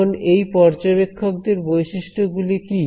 এখন এই পর্যবেক্ষকদের বৈশিষ্ট্যগুলি কি